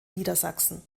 niedersachsen